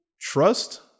trust